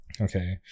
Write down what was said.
okay